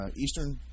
Eastern